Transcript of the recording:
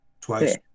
Twice